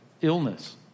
illness